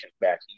back